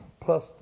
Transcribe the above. plus